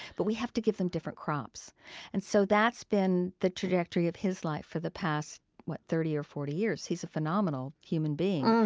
but we have to give them different crops and so that's been the trajectory of his life for the past thirty or forty years. he's a phenomenal human being.